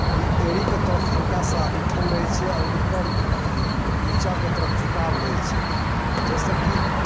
एड़ीके तरफ हल्का सा उठल रहै छै आ ऊपर नीचाँके तरफ झुकाव रहै छै जाहिसँ कि